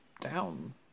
down